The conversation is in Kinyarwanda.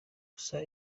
gusa